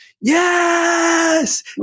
yes